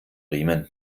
riemen